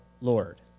Lord